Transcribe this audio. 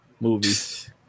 movies